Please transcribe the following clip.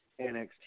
NXT